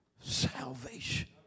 salvation